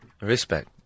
Respect